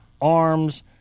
arms